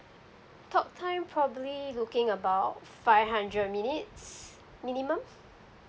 talk time probably looking about five hundred minutes minimum